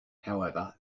however